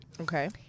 Okay